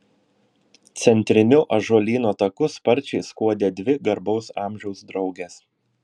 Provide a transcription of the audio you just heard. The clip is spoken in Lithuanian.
centriniu ąžuolyno taku sparčiai skuodė dvi garbaus amžiaus draugės